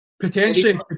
Potentially